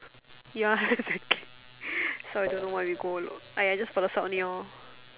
ya exactly sorry don't know why we go !aiya! I just for the cert only